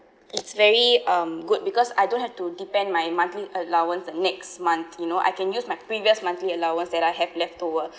it's very um good because I don't have to depend my monthly allowance the next month you know I can use my previous monthly allowance that I have left over